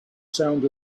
sound